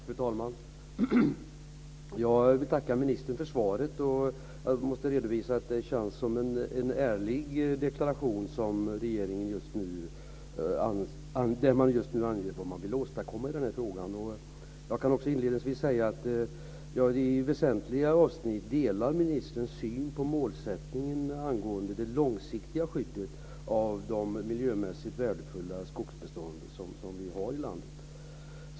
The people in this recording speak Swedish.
Fru talman! Jag tackar ministern för svaret, och jag måste säga att det känns som en ärlig deklaration som regeringen ger om vad man vill åstadkomma i denna fråga. Jag kan inledningsvis säga att jag i väsentliga avsnitt delar ministerns syn på målsättningen angående det långsiktiga skyddet av de miljömässigt värdefulla skogsbestånd som vi har i landet.